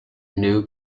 new